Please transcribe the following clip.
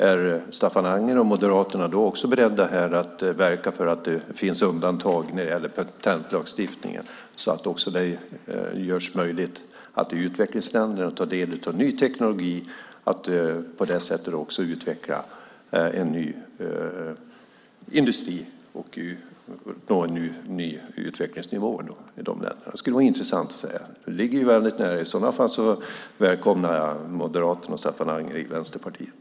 Är Staffan Anger och Moderaterna då också beredda att verka för undantag när det gäller patentlagstiftningen så att utvecklingsländerna har möjlighet att ta del av ny teknologi och på det sättet utveckla en ny industri och nå nya utvecklingsnivåer? Det skulle vara intressant att höra. I så fall välkomnar jag Moderaterna och Staffan Anger i Vänsterpartiet.